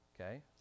Okay